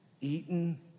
eaten